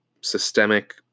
systemic